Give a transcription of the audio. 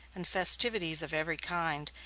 and festivities of every kind,